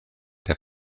der